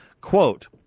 Quote